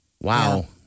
Wow